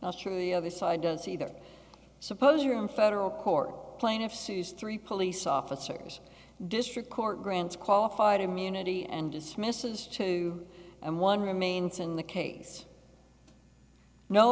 true the other side does either suppose you're in federal court plaintiff sees three police officers district court grants qualified immunity and dismisses two and one remains in the case no